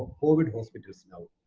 covid hospitals now.